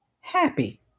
happy